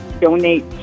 donate